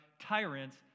tyrants